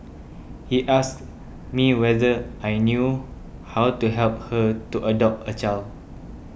he asked me whether I knew how to help her to adopt a child